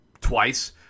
twice